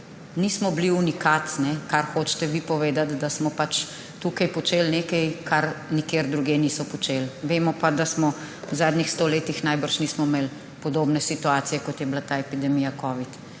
Nismo bili unikat, kar hočete vi povedati – da smo pač tukaj počeli nekaj, česar nikjer drugje niso počeli. Vemo pa, da v zadnjih 100 letih najbrž nismo imeli podobne situacije, kot je bila ta epidemija covida.